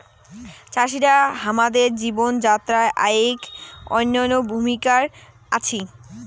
চাষিরা হামাদের জীবন যাত্রায় আইক অনইন্য ভূমিকার আছি